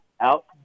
out